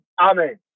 Amen